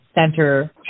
center